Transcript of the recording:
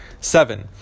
seven